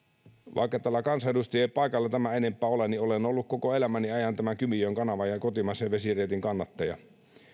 vaikka täällä kansanedustajia ei paikalla tämän enempää ole niin olen ollut koko elämäni ajan kymijoen kanavan ja kotimaisen vesireitin kannattaja